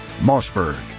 Mossberg